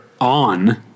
on